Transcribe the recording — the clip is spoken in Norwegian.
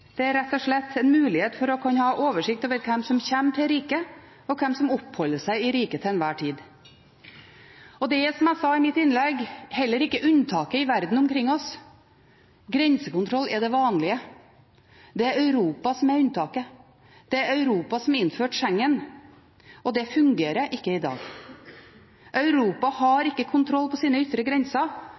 det er rett og slett en mulighet til å kunne ha oversikt over hvem som kommer til riket, og hvem som oppholder seg i riket til enhver tid. Det er – som jeg sa i mitt innlegg – heller ikke unntaket i verden omkring oss, grensekontroll er det vanlige. Det er Europa som er unntaket, det er Europa som har innført Schengen, og det fungerer ikke i dag. Europa har ikke kontroll på sine ytre grenser.